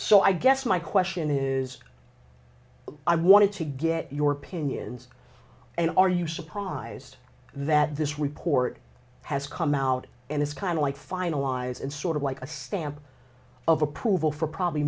so i guess my question is i want to get your pinions and are you surprised that this report has come out and it's kind of like finalized and sort of like a stamp of approval for probably